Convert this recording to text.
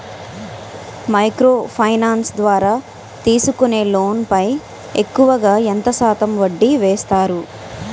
Micro finance ద్వారా తీసుకునే loan పై ఎక్కువుగా ఎంత శాతం వడ్డీ వేస్తారు?